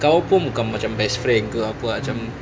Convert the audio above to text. kawan pun bukan macam best friend ke apa ah macam